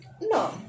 No